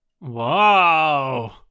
Wow